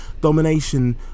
domination